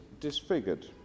disfigured